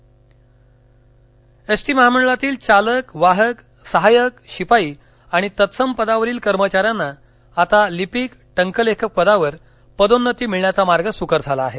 एसटीभर्ती ST महामंडळातील चालक वाहक सहाय्यक शिपाई आणि तत्सम पदावरील कर्मचाऱ्यांना आता लिपिक टंकलेखक पदावर पदोन्नती मिळण्याचा मार्ग सुकर झाला आहे